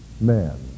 man